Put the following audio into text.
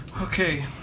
Okay